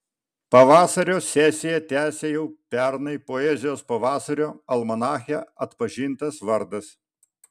pavasario sesiją tęsia jau pernai poezijos pavasario almanache atpažintas vardas